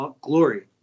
glory